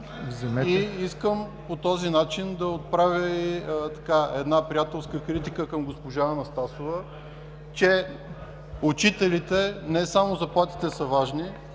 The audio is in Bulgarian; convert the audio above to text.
Искам по този начин да отправя и една приятелска критика към госпожа Анастасова, че учителите – не само заплатите са важни,